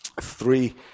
three